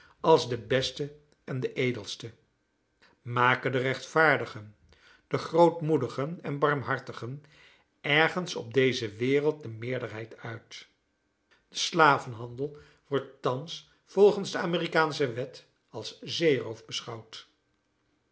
als de beste en edelste maken de rechtvaardigen de grootmoedigen en barmhartigen ergens op deze wereld de meerderheid uit de slavenhandel wordt thans volgens de amerikaansche wet als zeeroof beschouwd